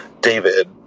David